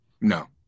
No